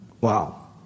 Wow